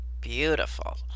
beautiful